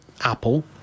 Apple